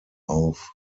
auf